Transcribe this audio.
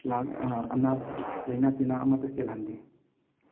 ꯂꯥꯏꯅ ꯇꯤꯟꯅꯥ ꯑꯃꯠꯇ ꯆꯦꯜꯍꯟꯗꯦ